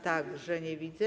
Także nie widzę.